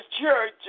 church